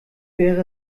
wäre